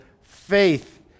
faith